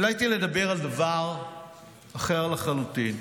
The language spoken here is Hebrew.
עליתי לדבר על דבר אחר לחלוטין.